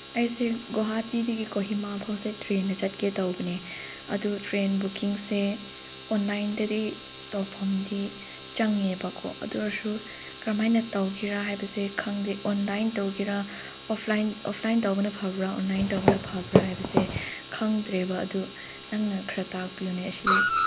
ꯑꯩꯁꯦ ꯒꯣꯍꯥꯇꯤꯗꯒꯤ ꯀꯣꯍꯤꯃꯥ ꯐꯥꯎꯁꯦ ꯇ꯭ꯔꯦꯟꯗ ꯆꯠꯀꯦ ꯇꯧꯕꯅꯦ ꯑꯗꯨ ꯇ꯭ꯔꯦꯟ ꯕꯨꯀꯤꯡꯁꯦ ꯑꯣꯟꯂꯥꯏꯟꯗꯗꯤ ꯇꯧꯐꯝꯗꯤ ꯆꯪꯉꯦꯕꯀꯣ ꯑꯗꯨ ꯑꯣꯏꯔꯁꯨ ꯀꯔꯝꯍꯥꯏꯅ ꯇꯧꯒꯦꯔꯥ ꯍꯥꯏꯕꯁꯦ ꯈꯪꯗꯦ ꯑꯣꯟꯂꯥꯏꯟ ꯇꯧꯒꯦꯔꯥ ꯑꯣꯐꯂꯥꯏꯟ ꯑꯣꯐꯂꯥꯏꯟ ꯇꯧꯕꯅ ꯐꯕ꯭ꯔ ꯑꯣꯟꯂꯥꯏꯟ ꯇꯧꯕꯅ ꯐꯕ꯭ꯔ ꯍꯥꯏꯕꯁꯦ ꯈꯪꯗ꯭ꯔꯦꯕ ꯑꯗꯨ ꯅꯪꯅ ꯈꯔ ꯇꯥꯛꯄꯤꯌꯨꯅꯦ ꯑꯁꯤ